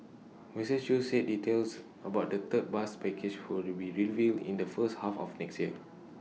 Mister chew said details about the third bus package who will be revealed in the first half of next year